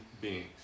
beings